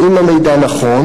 1. האם המידע נכון?